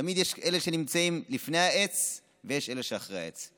תמיד יש את אלה שנמצאים לפני העץ ויש את אלה שמאחורי העץ.